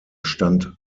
stand